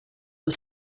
was